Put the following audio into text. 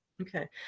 Okay